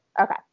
Okay